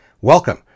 Welcome